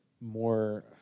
more